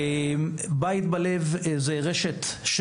"בית בלב" זו רשת,